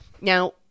Now